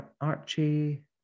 Archie